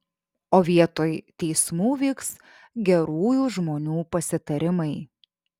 o vietoj teismų vyks gerųjų žmonių pasitarimai